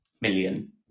million